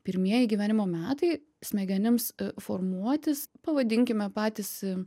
pirmieji gyvenimo metai smegenims formuotis pavadinkime patys